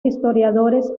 historiadores